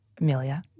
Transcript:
Amelia